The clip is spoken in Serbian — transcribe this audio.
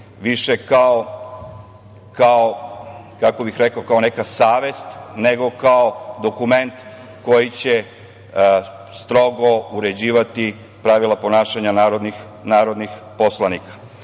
ovoj Skupštini više kao neka savest nego kao dokument koji će strogo uređivati pravila ponašanja narodnih poslanika.